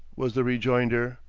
was the rejoinder.